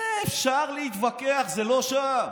אפשר להתווכח, זה לא שם.